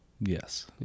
Yes